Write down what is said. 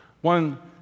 One